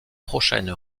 prochaine